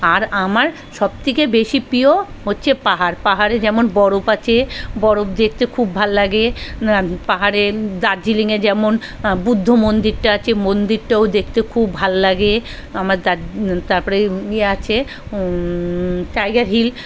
আর আমার সবথেকে বেশি প্রিয় হচ্ছে পাহাড় পাহাড়ে যেমন বরফ আছে বরফ দেখতে খুব ভাল লাগে পাহাড়ে দার্জিলিংয়ে যেমন বুদ্ধ মন্দিরটা আছে মন্দিরটাও দেখতে খুব ভাল লাগে আমার দাদ তারপরে ইয়ে আছে টাইগার হিল